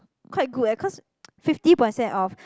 quite good eh cause fifty percent off